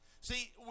See